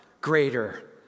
greater